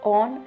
on